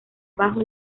bajo